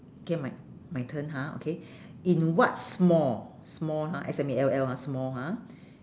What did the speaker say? okay my my turn ha okay in what small small ha S M A L L ha small ha